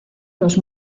los